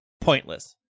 Pointless